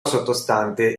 sottostante